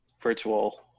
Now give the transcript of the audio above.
virtual